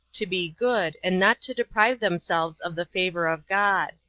to be good, and not to deprive themselves of the favor of god.